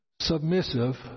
submissive